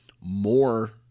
more